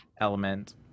element